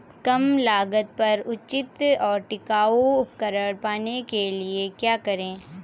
कम लागत पर उचित और टिकाऊ उपकरण पाने के लिए क्या करें?